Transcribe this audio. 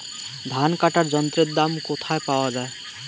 ধান কাটার যন্ত্রের দাম কোথায় পাওয়া যায়?